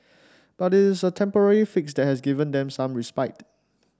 but it is a temporary fix that has given them some respite